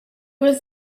was